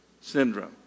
syndrome